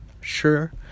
Sure